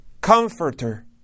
Comforter